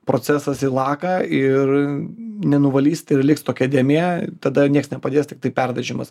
procesas į laką ir nenuvalysit ir liks tokia dėmė tada nieks nepadės tiktai perdažymas